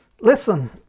listen